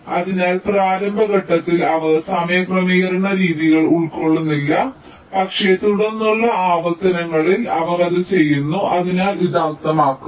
അതിനാൽ പ്രാരംഭ ഘട്ടത്തിൽ അവർ സമയക്രമീകരണ രീതികൾ ഉൾക്കൊള്ളുന്നില്ല പക്ഷേ തുടർന്നുള്ള ആവർത്തനങ്ങളിൽ അവർ അത് ചെയ്യുന്നു അതിനാൽ ഇത് അർത്ഥമാക്കുന്നു